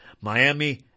Miami